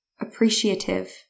appreciative